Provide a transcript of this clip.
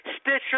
Stitcher